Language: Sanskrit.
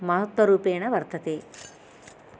महत्त्वरूपेण वर्तते